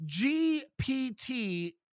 GPT